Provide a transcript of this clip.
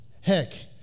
Heck